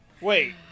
Wait